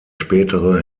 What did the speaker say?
spätere